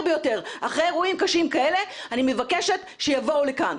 ביותר אחרי אירועים קשים כאלה אני מבקשת שיבואו לכאן.